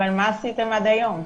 אבל מה עשיתם עד היום?